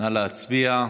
נא להצביע.